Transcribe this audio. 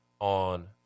on